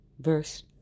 verse